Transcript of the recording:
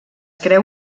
creu